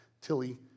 Tilly